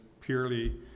purely